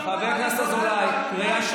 תרדי מהדוכן.